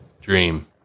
dream